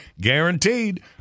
guaranteed